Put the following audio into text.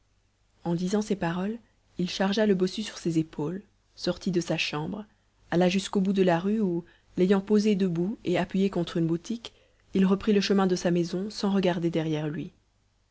en disant ces paroles il chargea le bossu sur ses épaules sortit de sa chambre alla jusqu'au bout de la rue où l'ayant posé debout et appuyé contre une boutique il reprit le chemin de sa maison sans regarder derrière lui